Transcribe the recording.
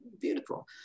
beautiful